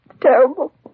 Terrible